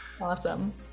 Awesome